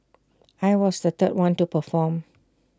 I was the third one to perform